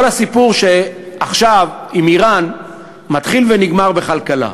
כל הסיפור עכשיו עם איראן מתחיל ונגמר בכלכלה.